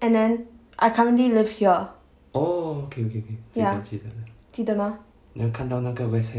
and then I currently live here ya 记得吗 west